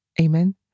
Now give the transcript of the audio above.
Amen